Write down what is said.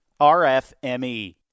RFME